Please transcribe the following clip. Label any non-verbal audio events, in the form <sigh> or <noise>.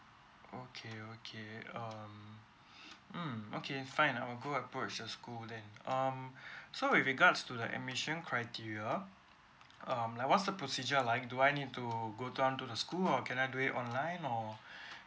okay okay um <breath> mm okay fine I will go approach the school then um <breath> so with regards to the admission criteria um like what's procedure like do I need to go down to the school or can I do it online or <breath>